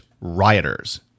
rioters